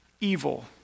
evil